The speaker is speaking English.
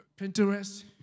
Pinterest